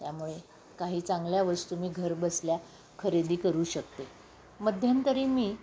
त्यामुळे काही चांगल्या वस्तू मी घरबसल्या खरेदी करू शकते मध्यंतरी मी